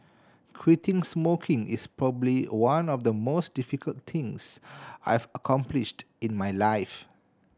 quitting smoking is probably one of the most difficult things I've accomplished in my life